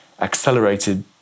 accelerated